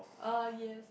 uh yes